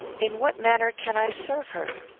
in what manner can i serve her?